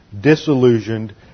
disillusioned